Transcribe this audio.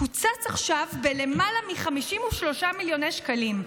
קוצץ עכשיו בלמעלה מ-53 מיליון שקלים.